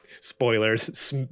spoilers –